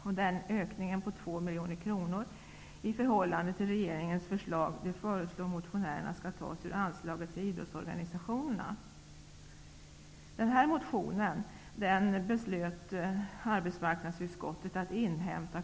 Denna ökning på 2 miljoner kronor i förhållande till regeringens förslag föreslår motionärerna skall tas ur anslaget till idrottsorganisationerna.